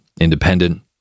independent